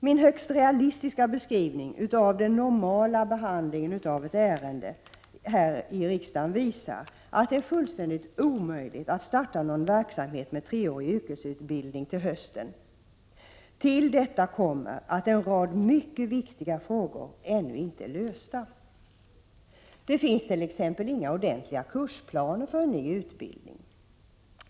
Min högst realistiska beskrivning av den normala behandlingen av ett ärende här i riksdagen visar att det är fullständigt omöjligt att starta en verksamhet med treårig yrkesutbildning till hösten. Till detta kommer att en rad mycket viktiga frågor ännu inte är lösta. Det finns t.ex. inga ordentliga kursplaner för en ny utbildning.